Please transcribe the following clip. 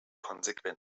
konsequent